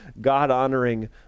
God-honoring